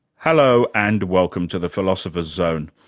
hello and welcome to the philosopher's zone,